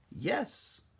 Yes